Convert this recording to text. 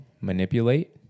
manipulate